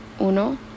Uno